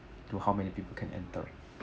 to how many people can enter